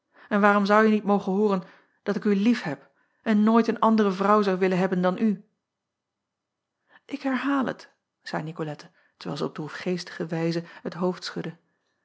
en waarom zouje niet mogen hooren dat ik u liefheb en nooit een andere vrouw zou willen hebben dan u k herhaal het zeî icolette terwijl zij op droefgeestige wijze het hoofd schudde